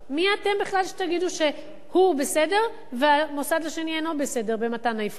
מי אתם בכלל שתגידו שהוא בסדר והמוסד השני אינו בסדר במתן האבחון?